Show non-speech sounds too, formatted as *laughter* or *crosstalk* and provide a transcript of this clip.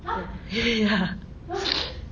ya ya *noise*